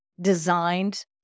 designed